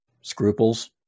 scruples